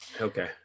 okay